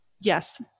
yes